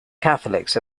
catholics